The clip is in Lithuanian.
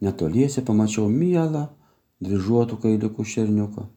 netoliese pamačiau mielą dryžuotu kailiuku šerniuką